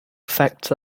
effects